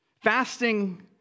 Fasting